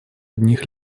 одних